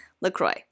LaCroix